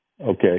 Okay